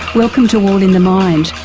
welcome to all in the mind,